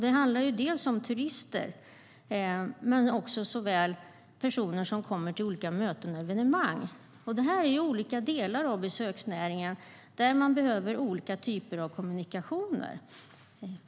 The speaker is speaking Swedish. Det handlar dels om turister, dels om personer som kommer till olika möten och evenemang. Det här är olika delar av besöksnäringen där man behöver olika typer av kommunikationer.